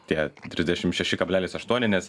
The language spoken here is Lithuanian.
tie trisdešim šeši kablelis aštuoni